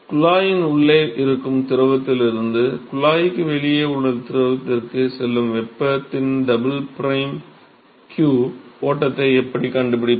குழாயின் உள்ளே இருக்கும் திரவத்திலிருந்து குழாய்க்கு வெளியே உள்ள திரவத்திற்கு செல்லும் வெப்பத்தின் q டபுள் பிரைம் ஓட்டத்தை எப்படி கண்டுபிடிப்பது